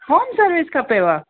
home service खपेव